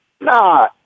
Nah